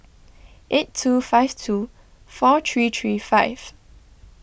eight two five two four three three five